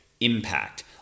impact